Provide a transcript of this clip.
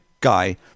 guy